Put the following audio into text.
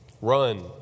Run